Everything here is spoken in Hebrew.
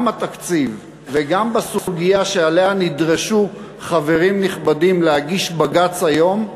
גם התקציב וגם הסוגיה שעליה נדרשו חברים נכבדים להגיש בג"ץ היום,